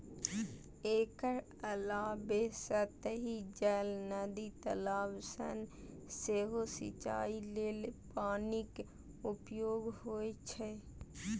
एकर अलावे सतही जल, नदी, तालाब सं सेहो सिंचाइ लेल पानिक उपयोग होइ छै